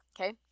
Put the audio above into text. Okay